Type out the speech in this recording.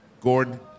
gordon